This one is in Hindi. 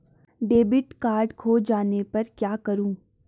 डेबिट कार्ड खो जाने पर क्या करूँ?